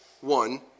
one